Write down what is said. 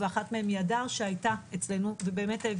ואחת מהן היא הדר שהיתה אצלנו והעבירה